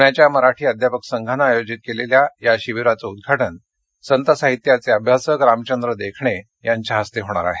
पूण्याच्या मराठी अध्यापक संघाने आयोजित केलेल्या या शिबीराचे उद्घाटन संत साहित्याचे अभ्यासक रामचंद्र देखणे यांच्या हस्ते होणार आहे